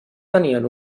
tenien